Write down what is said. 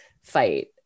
fight